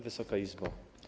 Wysoka Izbo!